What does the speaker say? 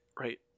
Right